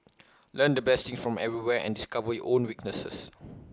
learn the best things from everyone and discover your own weaknesses